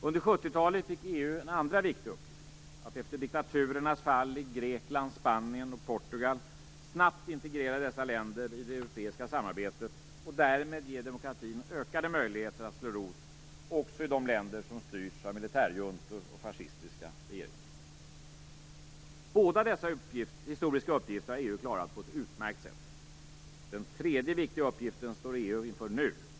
Under 70-talet fick EU en andra viktig uppgift - att efter diktaturernas fall i Grekland, Spanien och Portugal snabbt integrera dessa länder i det europeiska samarbetet och därmed ge demokratin ökade möjligheter att slå rot också i de länder som styrts av militärjuntor och fascistiska regeringar. Båda dessa historiska uppgifter har EU klarat på ett utmärkt sätt. Den tredje viktiga uppgiften står EU inför nu.